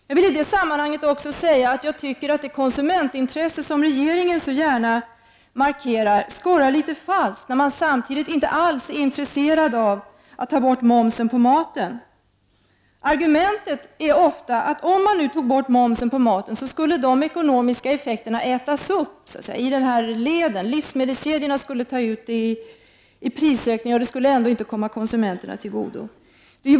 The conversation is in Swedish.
Jag vill i detta sammanhang också säga att jag tycker att det konsumentintresse som regeringen så gärna markerar skorrar litet falskt när regeringen samtidigt inte alls är intresserad av att ta bort momsen på mat. Argumentet är ofta att om man nu tog bort momsen på mat skulle de ekonomiska effekterna ätas upp. Livsmedelskedjorna skulle ta ut dessa pengar i prisökningar, och de skulle ändå inte komma konsumenterna till godo.